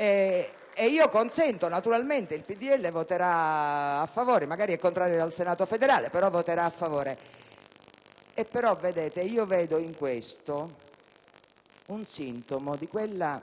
E io consento, naturalmente: il PdL voterà a favore; magari è contrario al Senato federale, però voterà a favore. Ma io vedo in questo un sintomo di quella